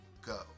go